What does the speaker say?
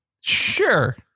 Sure